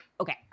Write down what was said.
okay